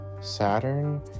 Saturn